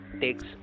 takes